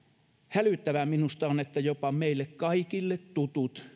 hälyttävää minusta on että jopa meille kaikille tuttujen